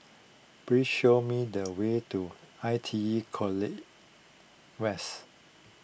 please show me the way to I T E College West